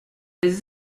des